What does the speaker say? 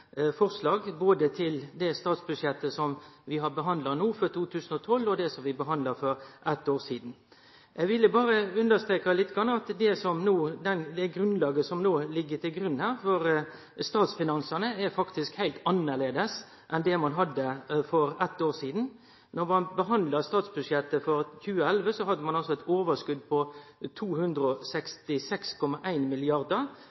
forslag både til det statsbudsjettet som vi har behandla no, for 2012, og til det som vi behandla for eitt år sidan. Eg vil berre understreke at det som no ligg til grunn for statsfinansane, er heilt annleis enn for eitt år sidan. Då ein behandla statsbudsjettet for 2011, hadde ein eit overskot på 266,1 mrd. kr, mens det no har auka til 372,5 mrd. kr, altså ein auke på